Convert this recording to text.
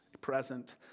present